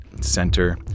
center